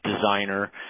designer